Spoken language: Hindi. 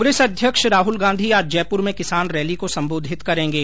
कांग्रेस अध्यक्ष राहल गांधी आज जयपुर में किसान रैली को सम्बोधित करेंगे